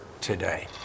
today